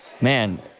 man